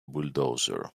bulldozer